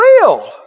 real